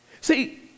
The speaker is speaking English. See